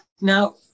Now